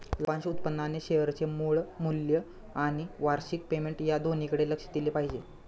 लाभांश उत्पन्नाने शेअरचे मूळ मूल्य आणि वार्षिक पेमेंट या दोन्हीकडे लक्ष दिले पाहिजे